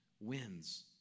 wins